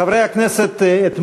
חברי הכנסת,